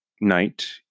knight